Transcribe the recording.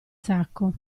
sacco